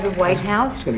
white house. but